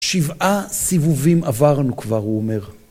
שבעה סיבובים עברנו כבר, הוא אומר.